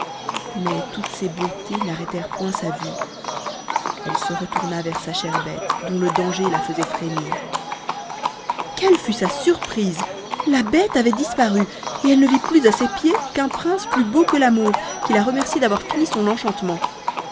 mais toutes ces beautés n'arrêtèrent point sa vue elle se retourna vers sa chère bête dont le danger la faisait frémir quelle fut sa surprise la bête avait disparu et elle ne vit plus à ses pieds qu'un prince plus beau que l'amour qui la remerciait d'avoir fini son enchantement